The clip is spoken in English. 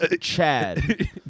chad